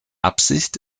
absicht